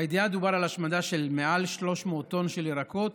בידיעה דובר על השמדה של מעל 300 טונות של ירקות,